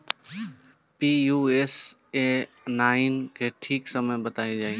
Pusa nine के ठीक समय बताई जाई?